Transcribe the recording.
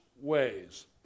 ways